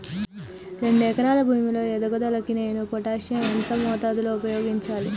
రెండు ఎకరాల భూమి లో ఎదుగుదలకి నేను పొటాషియం ఎంత మోతాదు లో ఉపయోగించాలి?